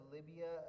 Libya